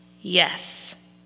Yes